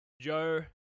Joe